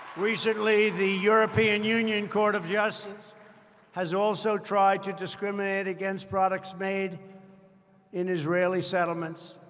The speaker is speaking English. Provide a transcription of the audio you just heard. recently, the european union court of justice has also tried to discriminate against products made in israeli settlements,